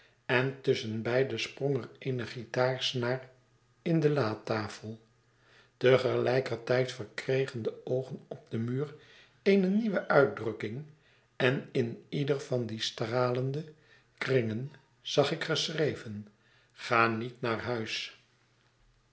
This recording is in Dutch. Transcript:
en tusschenbeide sprong er eene guitaar snaar in de latafel te gelijker tijd verkregen de oogen op den muur eene nieuwe uitdrukking en in ieder van die stralende kringen zag ik geschreven ga niet naar huis